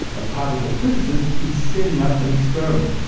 a particle physicist is setting up an experiment.